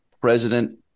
President